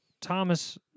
Thomas